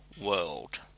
world